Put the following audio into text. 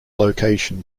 location